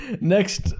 Next